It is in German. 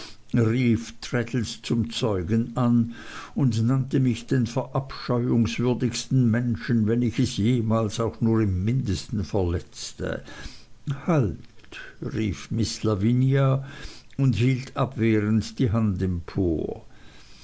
zum zeugen an und nannte mich den verabscheuungswürdigsten menschen wenn ich es jemals auch nur im mindesten verletzte halt rief miß lavinia und hielt abwehrend die hand empor